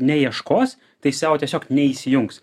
neieškos tai seo tiesiog neįsijungs